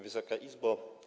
Wysoka Izbo!